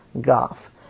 Gulf